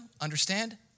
understand